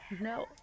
No